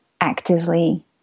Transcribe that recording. actively